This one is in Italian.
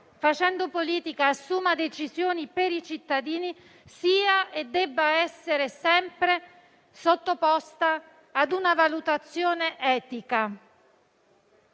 facendo politica, assuma decisioni per i cittadini sia e debba essere sempre sottoposta a una valutazione etica.